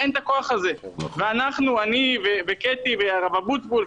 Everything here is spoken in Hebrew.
יש שירות לאומי לחרדים, לערבים וכולי.